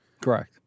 Correct